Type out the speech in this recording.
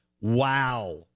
wow